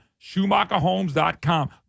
SchumacherHomes.com